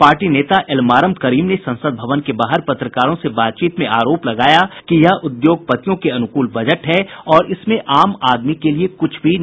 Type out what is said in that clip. party नेता एलमारम करीम ने संसद भवन के बाहर पत्रकारों से बातचीत में आरोप लगाया कि यह उद्योगपतियों के अनुकूल बजट है और इसमें आम आदमी के लिए कुछ भी नहीं है